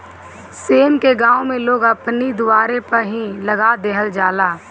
सेम के गांव में लोग अपनी दुआरे पअ ही लगा देहल जाला